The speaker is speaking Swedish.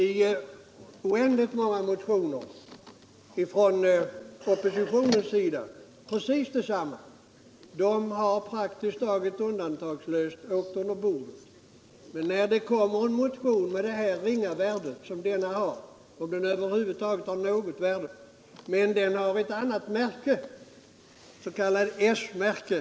Vi har i många motioner från oppositionens sida begärt utredning av olika frågor. De motionerna har praktiskt taget undantagslöst åkt under bordet. Men när det väcks en motion med det ringa värde som denna har — vill utskottsmajoriteten omedelbart lämna över den till utredningen för övervägande bara därför att den är av ett speciellt märke, s.k. s-märke.